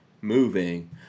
moving